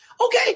Okay